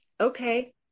okay